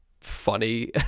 funny